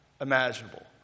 imaginable